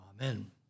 Amen